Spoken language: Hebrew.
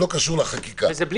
לא קשור חקיקה.